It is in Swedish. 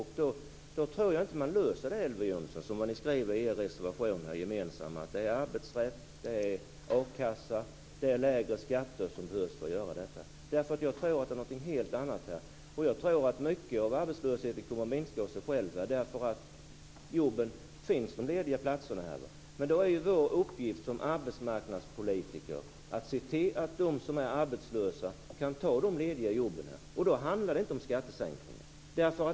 Det tror jag inte att man löser på det sätt som ni skriver i er gemensamma reservation, Elver Jonsson, att det är arbetsrätt, a-kassa och lägre skatter som behövs. Jag tror att det är någonting helt annat. Jag tror att mycket av arbetslösheten kommer att minska av sig själv, därför att de lediga platserna finns. Det är vår uppgift som arbetsmarknadspolitiker att se till att de som är arbetslösa kan ta de lediga jobben. Då handlar det inte om skattesänkningar.